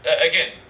again